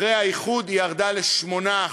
אחרי האיחוד, היא ירדה ל-8%.